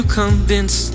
convince